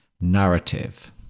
narrative